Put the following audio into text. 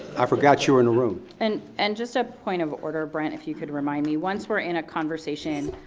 i forgot you were in the room. and and just a point of order brent, if you could remind me, once we're in a conversation,